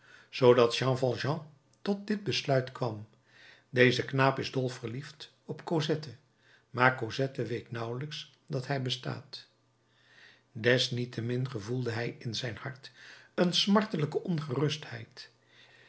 zoodat jean valjean tot dit besluit kwam deze knaap is dol verliefd op cosette maar cosette weet nauwelijks dat hij bestaat desniettemin gevoelde hij in zijn hart een smartelijke ongerustheid